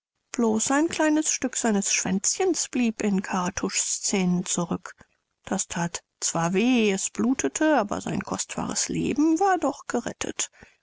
bloß ein kleines stück seines schwänzchens blieb in kartusch's zähnen zurück das that zwar weh es blutete aber sein kostbares leben war doch gerettet